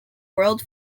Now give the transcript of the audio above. world